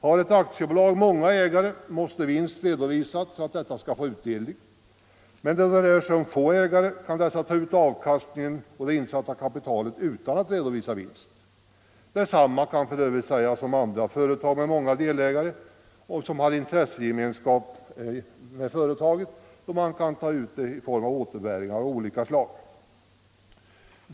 Har ett aktiebolag många ägare måste vinst redovisas för att dessa skall få utdelning, medan då det rör sig om få ägare dessa kan ta ut avkastningen på det insatta kapitalet utan att redovisa vinst. Detsamma kan för övrigt sägas om andra företag med många delägare som har intressegemenskap med företaget, då man kan ta ut vinsten i form av återbäring av olika slag.